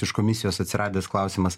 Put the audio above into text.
iš komisijos atsiradęs klausimas